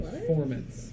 Performance